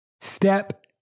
step